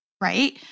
right